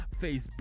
Facebook